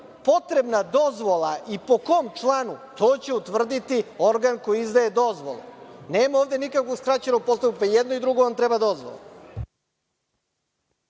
potrebna dozvola i po kom članu, to će utvrditi organ koji izdaje dozvolu. Nema ovde nikakvog skraćenog postupka i za jedno i drugo vam treba dozvola.